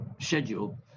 schedule